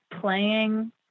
playing